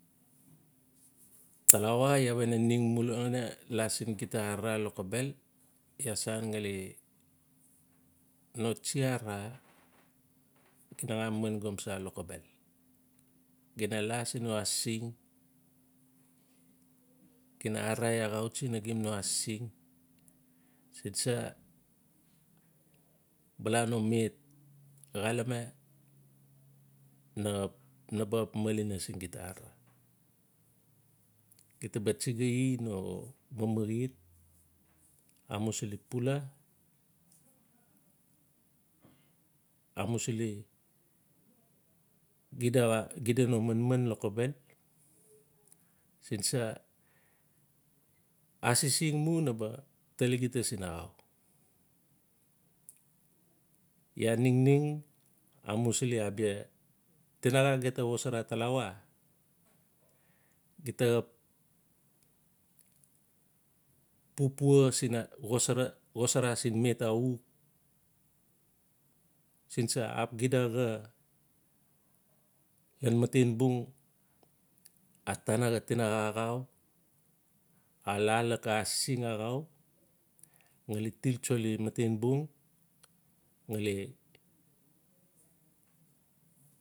Talawa iaa we na ning mulungenai la siin gita arara lokobel, iaa san ngali no tsi arara di na ngam man gomsa lokobel. Gi na la siin no asising gim na ararai axautsi nagim no asising. Sin sa? Bala no met xalame na baxap malina siin gita axap. Gita ba tsigai no manmaet amusili pula, amusili xida-xida no manman lokobel, sin sa? Asising mu naba tali gita siin axau. Iaa ningning amusili abia tinaxa gem ta xosara talawa gi ta xap pupua siin xosara-xosara siin met a xuk, sin sa axap xida xa lan matenbung a tana xa tinaxa axau, ala lan xa asising axau, ngali tiltsoli matenbung ngali.